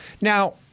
Now